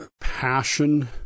passion